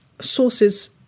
sources